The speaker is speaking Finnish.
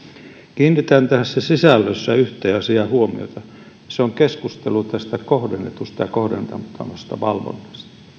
kiinnitän tässä sisällössä yhteen asiaan huomiota se on keskustelu tästä kohdennetusta ja kohdentamattomasta valvonnasta